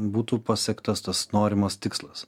būtų pasiektas tas norimas tikslas